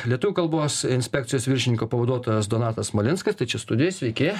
lietuvių kalbos inspekcijos viršininko pavaduotojas donatas smalinskas tai čia studijoj sveiki